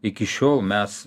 iki šiol mes